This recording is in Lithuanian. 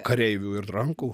kareivių ir rankų